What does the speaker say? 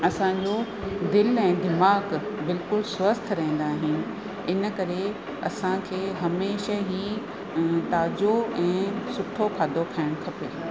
असांजो दिलि ऐं दिमाग़ु बिल्कुलु स्वस्थ रहंदा आहिनि इन करे असांखे हमेशह ई ताज़ो ऐं सुठो खाधो खाइणु खपे